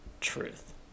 truth